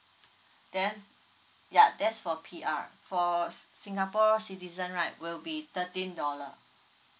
then ya that's for P_R for singapore citizen right will be thirteen dollar